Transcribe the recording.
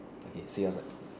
yes see you outside